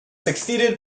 succeeded